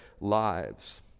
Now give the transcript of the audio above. lives